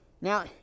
Now